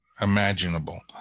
imaginable